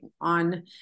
on